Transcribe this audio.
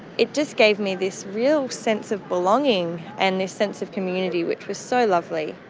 it just gave me this real sense of belonging and this sense of community which was so lovely.